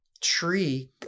tree